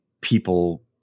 people